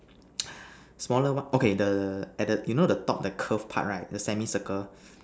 smaller one okay the at the you know the top the curved part right the semi circle